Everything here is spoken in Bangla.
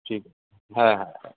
ঠিক আছে হ্যাঁ হ্যাঁ হ্যাঁ